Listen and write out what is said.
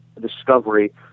discovery